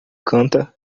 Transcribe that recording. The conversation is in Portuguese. canta